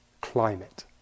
climate